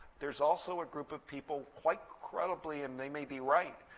there's also a group of people quite credibly, and they may be right,